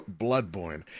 Bloodborne